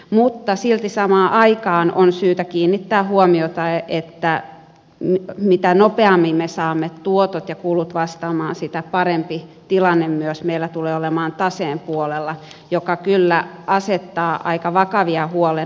mutta silti samaan aikaan on syytä kiinnittää huomiota siihen että mitä nopeammin me saamme tuotot ja kulut vastaamaan sitä parempi tilanne myös meillä tulee olemaan taseen puolella joka kyllä asettaa aika vakavia huolenaiheita